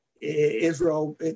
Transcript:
Israel